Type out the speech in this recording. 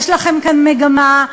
התשל"ב 1972,